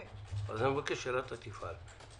אז אני מבקש שרת"א תפעל.